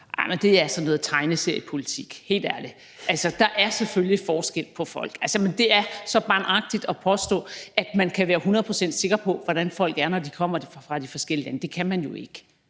Det er altså noget tegneseriepolitik, helt ærligt. Der er selvfølgelig forskel på folk. Det er så barnagtigt at påstå, at man kan være hundrede procent sikker på, hvordan folk er, når de kommer fra de forskellige lande. Det kan man jo ikke.